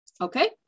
okay